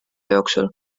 jooksul